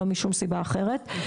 ולא משום סיבה אחרת,